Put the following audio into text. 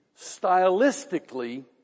Stylistically